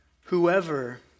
Whoever